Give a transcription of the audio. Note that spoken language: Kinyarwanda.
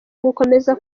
gukomeza